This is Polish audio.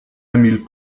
emil